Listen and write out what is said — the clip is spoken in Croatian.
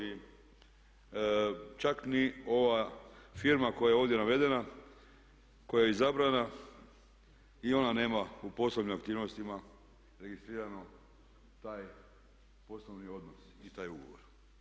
I čak ni ova firma koja je ovdje navedena, koja je izabrana i ona nema u posebnim aktivnostima registrirano taj poslovni odnos i taj ugovor.